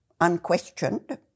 unquestioned